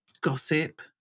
gossip